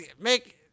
make –